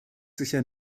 sicher